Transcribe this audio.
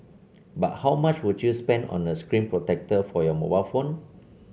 but how much would you spend on a screen protector for your mobile phone